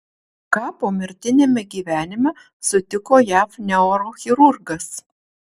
ką pomirtiniame gyvenime sutiko jav neurochirurgas